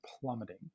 plummeting